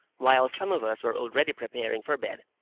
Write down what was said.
while some of us were already preparing for bed,